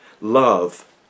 Love